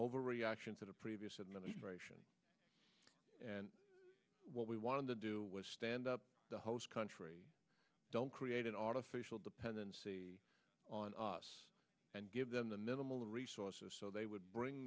overreaction to the previous administration and what we wanted to do was stand up the host country don't create an artificial dependency on us and give them the minimal resources so they would bring